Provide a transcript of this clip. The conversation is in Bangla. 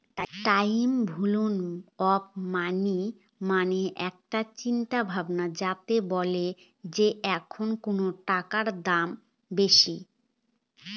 টাইম ভ্যালু অফ মানি মানে একটা চিন্তা ভাবনা যাতে বলে যে এখন কোনো টাকার দাম বেশি